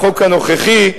לחוק הנוכחי,